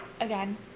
again